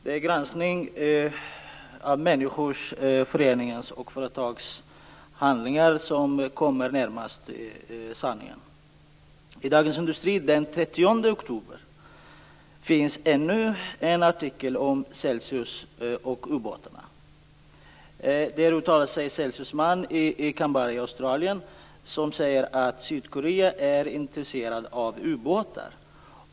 Det är granskningen av människors, föreningars och företags handlingar som kommer närmast sanningen. I Dagens Industri den 30 oktober finns ännu en artikel om Celsius och ubåtarna. Där uttalar sig Celsius man i Canberra i Australien. Han säger att Sydkorea är intresserat av ubåtar.